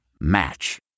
Match